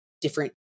different